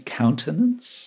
countenance